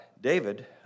David